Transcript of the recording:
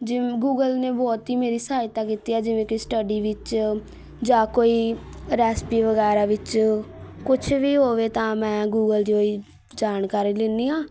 gym Google ਨੇ ਬਹੁਤ ਹੀ ਮੇਰੀ ਸਹਾਇਤਾ ਕੀਤੀ ਹੈ ਜਿਵੇਂ ਕਿ ਸਟੱਡੀ ਵਿੱਚ ਜਾਂ ਕੋਈ ਰੈਸੀਪੀ ਵਗੈਰਾ ਵਿੱਚ ਕੁਛ ਵੀ ਹੋਵੇ ਤਾਂ ਮੈਂ ਗੂਗਲ ਦੀ ਹੀ ਜਾਣਕਾਰੀ ਲੈਂਦੀ ਹਾਂ